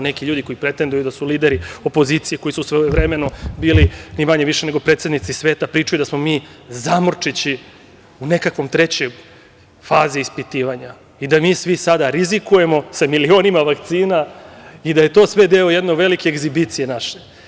Neki ljudi koji pretenduju da su lideri opozicije, koji su svojevremeno bili ni manje ni više nego predsednici sveta, pričaju da smo mi zamorčići u nekakvoj trećoj fazi ispitivanja i da mi svi sada rizikujemo sa milionima vakcina i da je to sve deo jedne velike egzibicije naše.